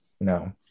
No